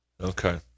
Okay